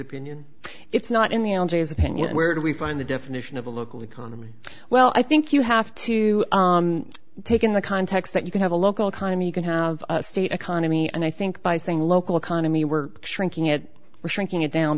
opinion it's not in the old days opinion where do we find the definition of a local economy well i think you have to take in the context that you can have a local economy you can have a state economy and i think by saying local economy we're shrinking it or shrinking it down